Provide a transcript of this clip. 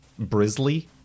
Brizzly